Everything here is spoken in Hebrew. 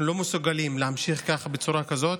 אנחנו לא מסוגלים להמשיך ככה, בצורה כזאת.